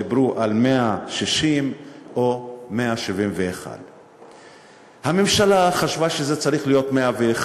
דיברו על 160 או 171. הממשלה חשבה שזה צריך להיות 101,